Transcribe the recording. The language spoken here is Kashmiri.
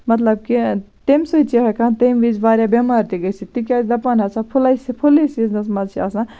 مطلب کہِ تَمہِ سۭتۍ چھِ ہیٚکان تَمہِ وِزِ واریاہ بٮ۪مار تہِ گٔژِتھ تِکیازِ دَپان ہسا پھٕلاے پھٕلیہِ سیٖزنَس منٛز چھِ آسان